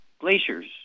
glaciers